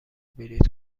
بلیط